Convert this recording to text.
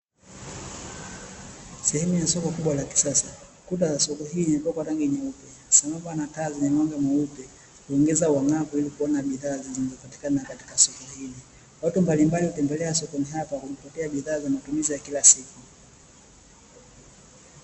Sehemu ya soko kubwa la kisasa kuta za soko hili zimepakwa rangi nyeupe na kuwa na taa zenye mwanga mweupe kuongeza uang'avu ili kuona bidhaa zinazopatikana kwenye soko hilo, watu mbalimbali hutembelea sokoni hapa kujipatia bidhaa zao za kila siku.